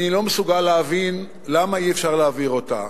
אני לא מסוגל להבין למה אי-אפשר להעביר אותה.